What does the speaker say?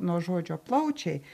nuo žodžio plaučiai